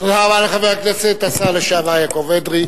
תודה רבה לחבר הכנסת, השר לשעבר, יעקב אדרי.